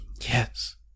Yes